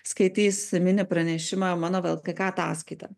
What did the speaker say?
skaitys mini pranešimą mano vlkk ataskaita